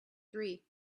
three